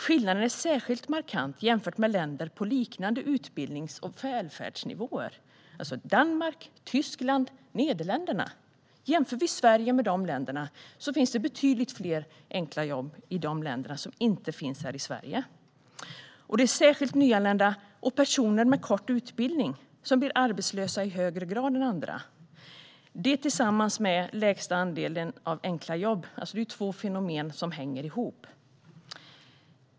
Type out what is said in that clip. Skillnaden är särskilt markant jämfört med länder med liknande utbildnings och välfärdsnivåer: Danmark, Tyskland och Nederländerna. Vi kan jämföra Sverige med de länderna. Det finns betydligt fler enkla jobb i de länderna än här i Sverige. Nyanlända och personer med kort utbildning blir arbetslösa i högre grad än andra, och Sverige har den lägsta andelen av enkla jobb. Det är två fenomen som hänger ihop.